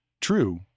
true